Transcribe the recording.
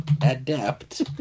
adept